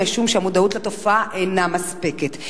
משום שהמודעות לתופעה אינה מספקת.